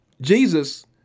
Jesus